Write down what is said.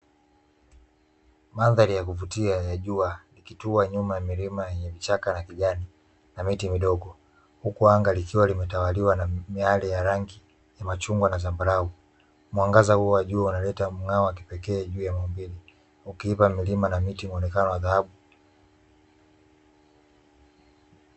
Mandhari ya kuvutia ya jua, ikitua nyuma ya milima yenye vichaka, na kijani na miti midogo, huku anga likiwa limetawaliwa na miale ya rangi ya machungwa na zambarau. Mwangaza huo wa juu unaleta mng'ao wa kipekee, juu ya maumbile kukiwa na milima na miti yenye muonekano wa dhahabu.